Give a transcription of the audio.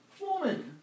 woman